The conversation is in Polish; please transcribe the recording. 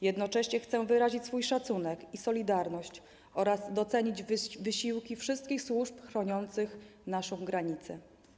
Jednocześnie chcę wyrazić swój szacunek i solidarność oraz docenić wysiłki wszystkich służb chroniących naszą granicę.